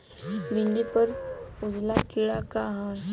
भिंडी पर उजला कीड़ा का है?